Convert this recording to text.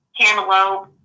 cantaloupe